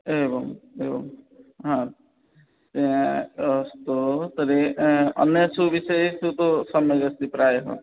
एवं एवं अस्तु तर्हि अन्येषु विषयेषु तु सम्यग् अस्ति प्रायः